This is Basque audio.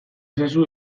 ezazu